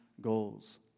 goals